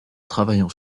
travaillant